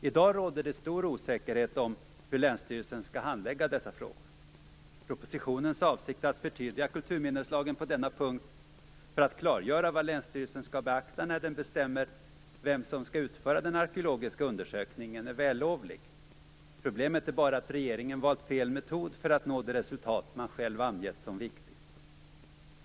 I dag råder det stor osäkerhet om hur länsstyrelsen skall handlägga dessa frågor. Propositionens avsikt, att förtydliga kulturminneslagen på denna punkt för att klargöra vad länsstyrelsen skall beakta när den bestämmer vem som skall utföra den arkeologiska undersökningen, är vällovlig. Problemet är bara att regeringen valt fel metod för att nå det resultat man själv angett som viktigt.